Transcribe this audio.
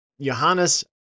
Johannes